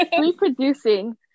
reproducing